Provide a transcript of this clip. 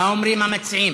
מה אומרים המציעים?